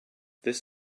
this